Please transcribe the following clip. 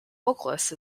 vocalist